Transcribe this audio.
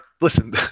listen